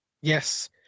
yes